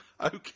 Okay